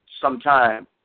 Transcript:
sometime